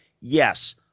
yes